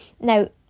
Now